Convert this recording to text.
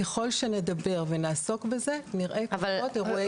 ככל שנדבר ונעסוק בזה, נראה פחות אירועי קצה.